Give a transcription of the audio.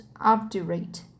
obdurate